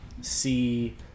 see